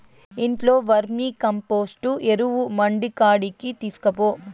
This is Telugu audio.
ఇంట్లో వర్మీకంపోస్టు ఎరువు మడికాడికి తీస్కపో